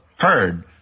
Heard